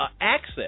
access